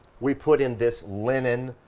we put in this linen